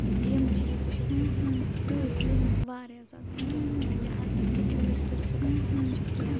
تہٕ یِم چیٖز تہِ چھِ تِم ٹیوٗرِسٹٕز واریاہ زیادٕ ایٚنجواے کَران یہاں تک کہ ٹیوٗرِسٹٕز چھُ گژھان اسہِ چھِ کیٚنٛہہ